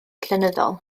llenyddol